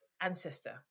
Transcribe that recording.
ancestor